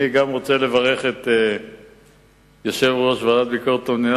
גם אני רוצה לברך את יושב-ראש ועדת ביקורת המדינה